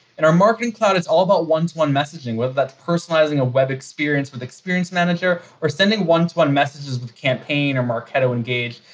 and our marketing cloud is all about one-to-one messaging, whether that's personalizing a web experience with experienced manager or sending one-to-one messages with campaign or marketo engage,